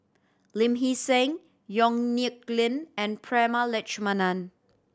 Lee Hee Seng Yong Nyuk Lin and Prema Letchumanan